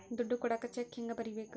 ದುಡ್ಡು ಕೊಡಾಕ ಚೆಕ್ ಹೆಂಗ ಬರೇಬೇಕು?